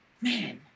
man